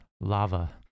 lava